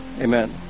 Amen